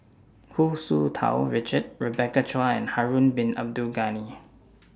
Hu Tsu Tau Richard Rebecca Chua and Harun Bin Abdul Ghani